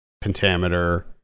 pentameter